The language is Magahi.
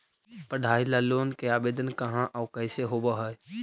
पढाई ल लोन के आवेदन कहा औ कैसे होब है?